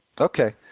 Okay